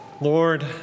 Lord